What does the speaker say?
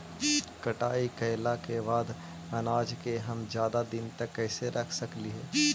कटाई कैला के बाद अनाज के हम ज्यादा दिन तक कैसे रख सकली हे?